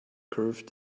curved